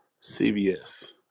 CBS